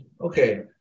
Okay